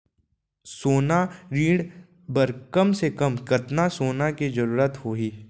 सोना ऋण बर कम से कम कतना सोना के जरूरत होही??